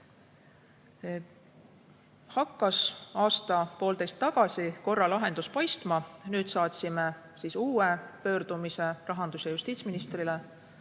Hakkas aasta-poolteist tagasi lahendus paistma, nüüd saatsime uue pöördumise rahandus- ja justiitsministrile,